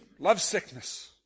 lovesickness